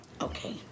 Okay